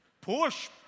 push